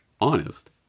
Honest